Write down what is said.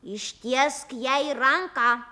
ištiesk jai ranką